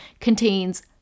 contains